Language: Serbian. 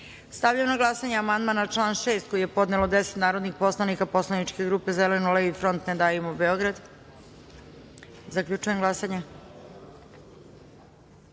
na glasanje amandman na član 6. koji je podelo 10 narodnih poslanika Poslaničke grupe Zeleno levi-front – Ne davimo Beograd. Zaključujem glasanje: